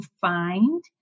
find